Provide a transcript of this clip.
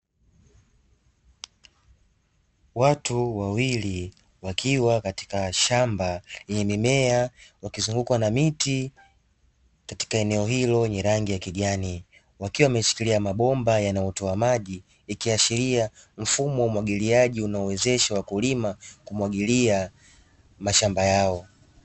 Watu wawili wakiwa katika shamba lenye mimea ikizungukwa na miti katika eneo hilo yenye rangi ya kijani, wakiwa wameshikilia mabomba yanayotoa maji ikiashiria mfumo wa umwagiliaji unaowawezesha wakulima kumwagilia mashamba yao.